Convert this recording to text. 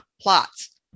plots